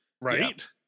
right